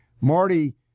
Marty